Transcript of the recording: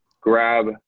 grab